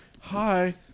Hi